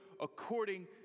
according